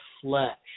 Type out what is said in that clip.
flesh